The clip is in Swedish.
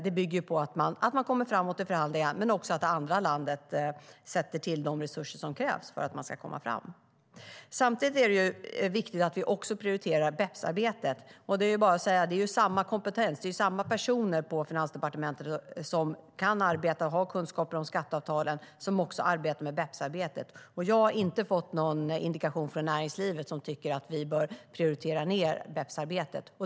Det bygger på att man kommer framåt i förhandlingarna men också att det andra landet sätter till de resurser som krävs för att man ska komma ända fram. Samtidigt är det viktigt att vi prioriterar BEPS-arbetet. Det handlar ju om samma kompetens - det är samma personer på Finansdepartementet som kan arbeta med och har kunskaper om skatteavtalen som arbetar med BEPS. Jag har inte fått någon indikation från näringslivet på att man tycker att vi bör prioritera ned BEPS-arbetet.